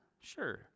Sure